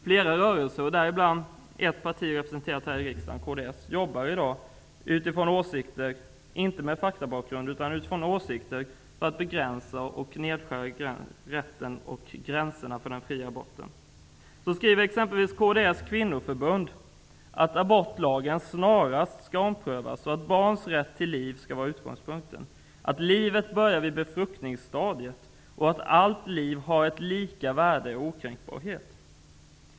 Flera rörelser, och däribland riksdagspartiet kds, arbetar i dag inte utifrån fakta, utan utifrån åsikter, för att begränsa och skära ned rätten till och gränserna för den fria aborten. Kds kvinnoförbund skriver exempelvis att abortlagen snarast skall omprövas och att barns rätt till liv skall vara utgångspunkten för denna prövning. De anser att livet börjar vid befruktningen och att allt liv är lika mycket värt och lika okränkbart.